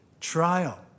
trial